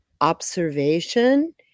observation